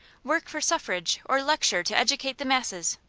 work for suffrage or lecture to educate the masses.